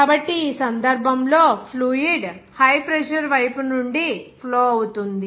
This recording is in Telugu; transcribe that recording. కాబట్టి ఈ సందర్భంలో ఫ్లూయిడ్ హై ప్రెజర్ వైపు నుండి ఫ్లో అవుతుంది